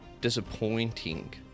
disappointing